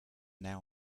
now